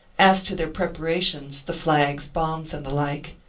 as to their preparations, the flags, bombs, and the like,